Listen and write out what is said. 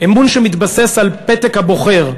אמון שמתבסס על פתק הבוחר.